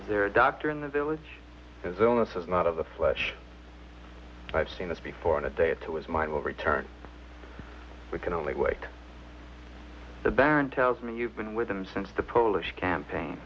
there a doctor in the village as illnesses not of the flesh i've seen this before in a day or two is my will return we can only wake the baron tells me you've been with them since the polish campaign